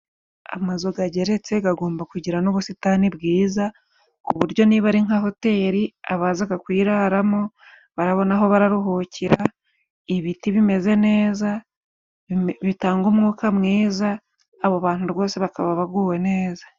Amazu gageretse gagomba kugira n'ubusitani bwiza, ku buryo niba ari nka hoteri abazaga kuyiraramo barabona aho bararuhukira. Ibiti bimeze neza bitanga umwuka mwiza, abo bantu rwose bakaba baguwe neza.